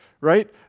right